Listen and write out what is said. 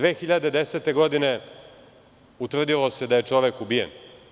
Godine 2010. godine utvrdilo se da je čovek ubijen.